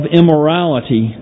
immorality